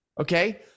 Okay